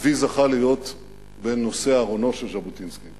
אבי זכה להיות בין נושאי ארונו של ז'בוטינסקי,